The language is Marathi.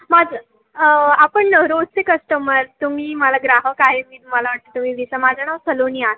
माझं आपण रोजचे कस्टमर तुम्ही मला ग्राहक आहे मी मला वाटतं तुम्ही विसं माझं नाव सलोनी आहे